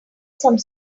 some